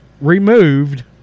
removed